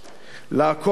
לעקוף את החוק